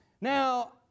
Now